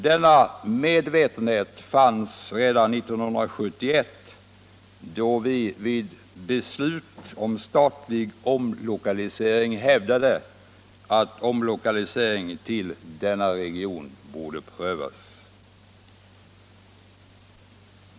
Denna medvetenhet fanns redan 1971 då vi vid beslut om statlig omlokalisering hävdade att omlokalisering till denna region borde prövas.